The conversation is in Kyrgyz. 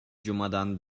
жумадан